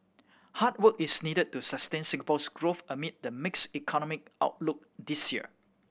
hard work is needed to sustain Singapore's growth amid the mixed economic outlook this year